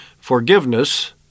forgiveness